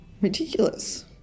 Ridiculous